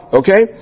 okay